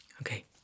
okay